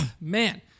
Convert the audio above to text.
man